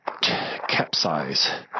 capsize